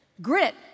Grit